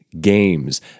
games